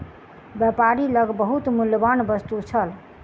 व्यापारी लग बहुत मूल्यवान वस्तु छल